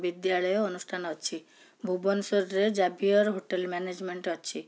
ବିଦ୍ୟାଳୟ ଅନୁଷ୍ଠାନ ଅଛି ଭୁବନେଶ୍ୱରରେ ଜାଭିୟର ହୋଟେଲ୍ ମ୍ୟାନେଜମେଣ୍ଟ୍ ଅଛି